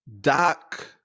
Doc